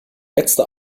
letzte